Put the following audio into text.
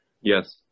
Yes